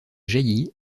jaillit